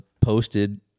posted